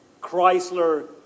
Chrysler